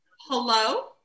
Hello